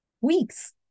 weeks